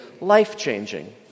life-changing